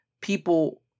people